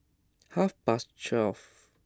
half past twelve